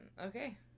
okay